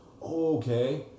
Okay